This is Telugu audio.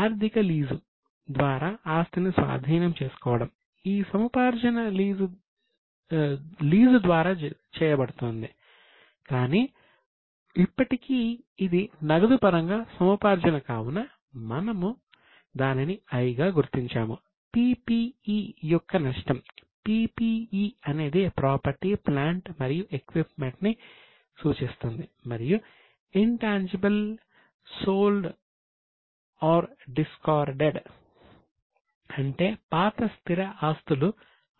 ఆర్థిక లీజు